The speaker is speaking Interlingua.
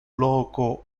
loco